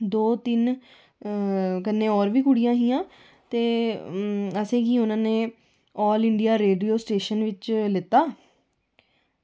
दौ तीन कन्नै होर बी कुड़ियां हियां ते असेंगी उन्ना ने ऑल इंडिया रेडियो स्टेशन बिच लैता